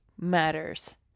matters